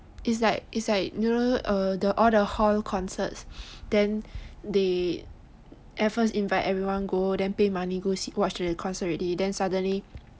it's like it's like you know the all the hall concerts then they at first invite everyone go then pay money ask people to watch the concert already then suddenly